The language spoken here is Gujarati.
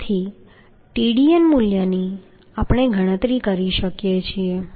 તેથી Tdn મૂલ્યની આપણે ગણતરી કરી શકીએ છીએ